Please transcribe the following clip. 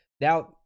now